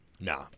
nah